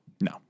no